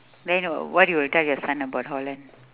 then uh what you will tell your son about holland